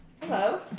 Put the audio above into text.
Hello